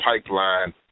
pipeline